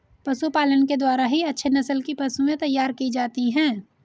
पशुपालन के द्वारा ही अच्छे नस्ल की पशुएं तैयार की जाती है